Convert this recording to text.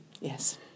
Yes